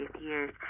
years